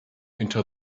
into